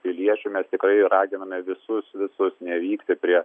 piliečių mes tikrai raginame visus visus nevykti prie